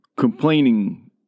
Complaining